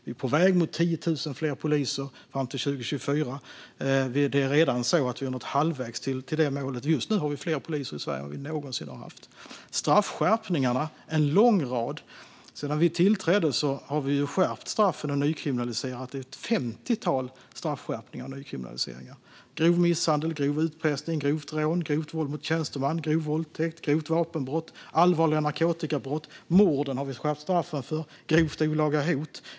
Vi är på väg mot 10 000 fler poliser fram till 2024. Vi har redan nått halvvägs till det målet. Just nu har vi fler poliser i Sverige än vi någonsin har haft. Vi har gjort en lång rad straffskärpningar. Sedan vi tillträdde har vi genomfört ett femtiotal straffskärpningar och nykriminaliseringar - grov misshandel, grov utpressning, grovt rån, grovt våld mot tjänsteman, grov våldtäkt, grovt vapenbrott, allvarliga narkotikabrott, grovt olaga hot. Mord har vi skärpt straffen för.